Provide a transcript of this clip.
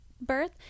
birth